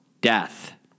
death